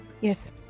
Yes